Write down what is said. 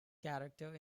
character